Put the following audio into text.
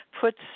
puts